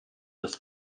das